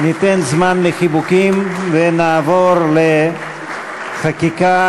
ניתן זמן לחיבוקים ונעבור לחקיקה.